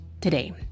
today